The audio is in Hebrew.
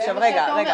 זה מה שאתה אומר,